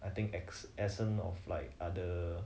I think add essence of like other